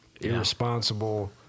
irresponsible